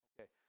Okay